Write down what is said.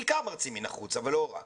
בעיקר מרצים מן החוץ אבל לא רק